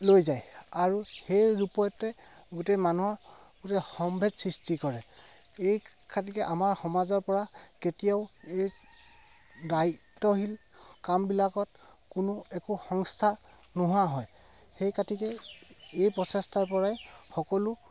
লৈ যায় আৰু সেই ৰূপতে গোটেই মানুহৰ গোটেই সম্ভেদ সৃষ্টি কৰে এই খাতিকে আমাৰ সমাজৰ পৰা কেতিয়াও এই দায়িত্বশীল কামবিলাকত কোনো একো সংস্থা নোহোৱা হয় সেইখাতিকে এই প্ৰচেষ্টাৰ পৰাই সকলো